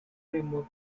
framework